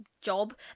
job